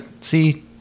see